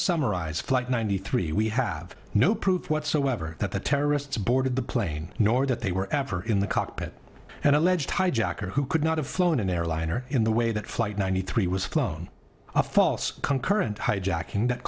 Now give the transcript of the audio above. summarize flight ninety three we have no proof whatsoever that the terrorists boarded the plane nor that they were ever in the cockpit and alleged hijacker who could not have flown an airliner in the way that flight ninety three was flown a false concurrent hijacking that